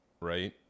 right